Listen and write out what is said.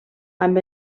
amb